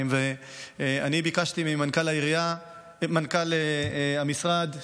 ואני ביקשתי ממנכ"ל המשרד,